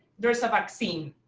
there is a vaccine.